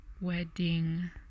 wedding